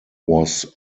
was